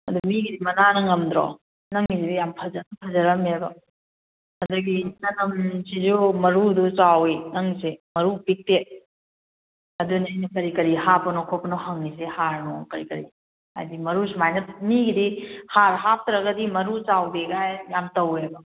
ꯑꯗꯨ ꯃꯤꯒꯤꯗꯤ ꯃꯅꯥꯅ ꯉꯝꯗ꯭ꯔꯣ ꯅꯪꯒꯤꯁꯤꯗꯤ ꯌꯥꯝ ꯐꯖ ꯐꯖꯔꯝꯃꯦꯕ ꯑꯗꯒꯤ ꯆꯅꯝꯁꯤꯁꯨ ꯃꯔꯨꯗꯨ ꯆꯥꯎꯋꯤ ꯅꯪꯒꯤꯁꯦ ꯃꯥꯔꯨ ꯄꯤꯛꯇꯦ ꯑꯗꯨꯅꯤ ꯑꯩꯅ ꯀꯔꯤ ꯀꯔꯤ ꯍꯥꯞꯄꯅꯣ ꯈꯣꯠꯄꯅꯣ ꯍꯪꯉꯤꯁꯦ ꯍꯥꯔꯅꯨꯡ ꯀꯔꯤ ꯀꯔꯤ ꯍꯥꯏꯗꯤ ꯃꯔꯨ ꯁꯨꯃꯥꯏꯅ ꯃꯤꯒꯤꯗꯤ ꯍꯥꯔ ꯍꯥꯞꯇ꯭ꯔꯒꯗꯤ ꯃꯔꯨ ꯆꯥꯎꯗꯦꯒꯥꯏ ꯍꯥꯏ ꯌꯥꯝ ꯇꯧꯋꯦꯕ